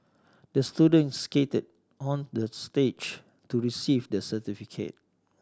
the student skated on the stage to received the certificate